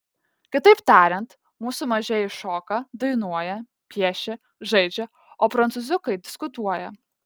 kitaip tariant mūsų mažieji šoka dainuoja piešia žaidžia o prancūziukai diskutuoja